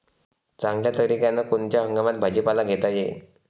चांगल्या तरीक्यानं कोनच्या हंगामात भाजीपाला घेता येईन?